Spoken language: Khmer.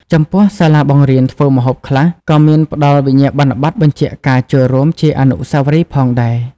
ចំពោះសាលាបង្រៀនធ្វើម្ហូបខ្លះ ក៏មានផ្ដល់វិញ្ញាបនបត្របញ្ជាក់ការចូលរួមជាអនុស្សាវរីយ៍ផងដែរ ។